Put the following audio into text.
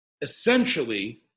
essentially